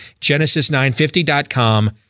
genesis950.com